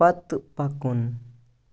پَتہٕ پَکُن